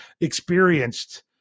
experienced